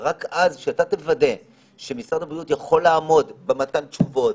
ורק אז שאתה תוודא שמשרד הבריאות יכול לעמוד במתן תשובות,